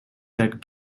that